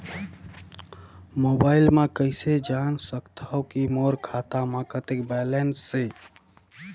Mobile म कइसे जान सकथव कि मोर खाता म कतेक बैलेंस से?